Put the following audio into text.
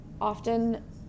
often